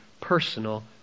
personal